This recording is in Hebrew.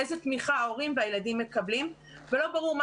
איזה תמיכה ההורים והילדים מקבלים ולא ברור מה